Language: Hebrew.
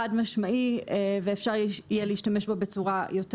חד משמעי ואפשר יהיה להשתמש בו בצורה יותר